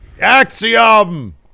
axiom